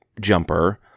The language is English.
jumper